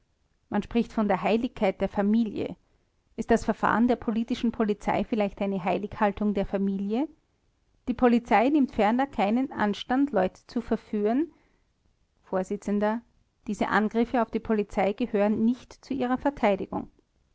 man spricht von der heiligkeit der familie ist das verfahren der politischen polizei vielleicht eine heilighaltung der familie die polizei nimmt ferner keinen anstand leute zu verführen vors diese angriffe auf die polizei gehören nicht zu ihrer verteidigung